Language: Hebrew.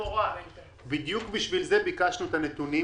בדיוק בשביל זה ביקשנו את הנתונים,